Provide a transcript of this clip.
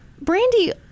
Brandy